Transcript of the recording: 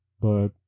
But